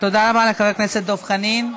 תודה רבה לחבר הכנסת דב חנין.